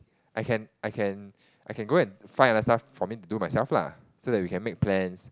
I can I can I can go and find another stuff for me to do myself lah so that we can make plans